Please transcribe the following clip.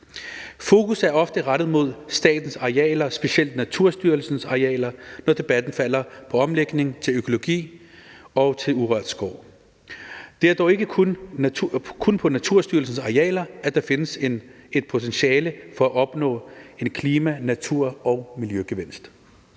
Fokus er ofte rettet mod statens arealer, specielt Naturstyrelsens arealer, når debatten falder på omlægning til økologi og til urørt skov. Det er dog ikke kun på Naturstyrelsens arealer, at der findes et potentiale for at opnå en klima-, natur- og miljøgevinst.